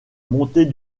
montée